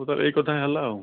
ହଉ ତାହେଲେ ଏଇକଥା ହେଲା ଆଉ